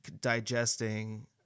digesting